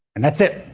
and that's it.